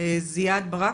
זיאד ברקת,